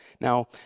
Now